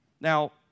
Now